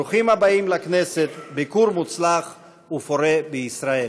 ברוכים הבאים לכנסת, ביקור מוצלח ופורה בישראל.